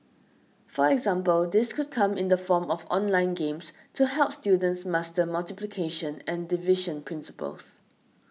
for example this could come in the form of online games to help students master multiplication and division principles